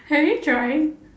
have you try